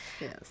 Yes